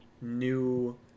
new